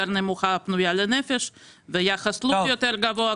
נמוכה פנויה לנפש ויחס --- יותר גבוה,